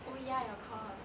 oh ya your course